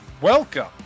Welcome